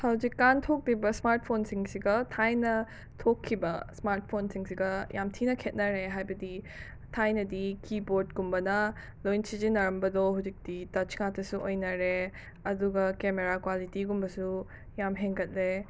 ꯍꯧꯖꯤꯛꯀꯥꯟ ꯊꯣꯛꯂꯤꯕ ꯁ꯭ꯃꯥꯔꯠ ꯐꯣꯟꯁꯤꯡꯁꯤꯒ ꯊꯥꯏꯅ ꯊꯣꯛꯈꯤꯕ ꯁ꯭ꯃꯥꯔꯠ ꯐꯣꯟꯁꯤꯡꯁꯤꯒ ꯌꯥꯝ ꯊꯤꯅ ꯈꯦꯠꯅꯔꯦ ꯍꯥꯏꯕꯗꯤ ꯊꯥꯏꯅꯗꯤ ꯀꯤꯕꯣꯔꯠ ꯀꯨꯝꯕꯅ ꯂꯣꯏ ꯁꯤꯖꯤꯟꯅꯔꯝꯕꯗꯣ ꯍꯧꯖꯤꯛꯇꯤ ꯇꯁ ꯉꯥꯛꯇꯁꯨ ꯑꯣꯏꯅꯔꯦ ꯑꯗꯨꯒ ꯀꯦꯃꯦꯔꯥ ꯀ꯭ꯋꯥꯂꯤꯇꯤꯒꯨꯝꯕꯁꯨ ꯌꯥꯝ ꯍꯦꯟꯒꯠꯂꯦ